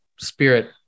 spirit